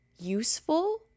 useful